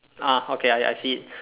ah okay I I see it